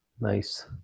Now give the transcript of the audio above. Nice